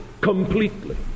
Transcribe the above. completely